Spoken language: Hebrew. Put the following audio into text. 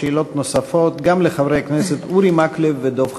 שאלות נוספות גם לחברי הכנסת אורי מקלב ודב חנין.